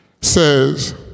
says